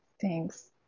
Thanks